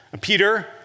Peter